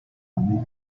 anni